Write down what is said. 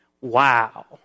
wow